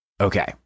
Okay